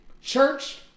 church